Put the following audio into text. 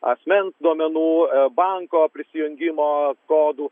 asmens duomenų banko prisijungimo kodų